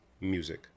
music